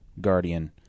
guardian